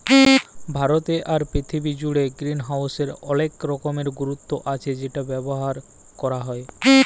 ভারতে আর পীরথিবী জুড়ে গ্রিনহাউসের অলেক রকমের গুরুত্ব আচ্ছ সেটা ব্যবহার ক্যরা হ্যয়